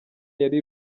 yari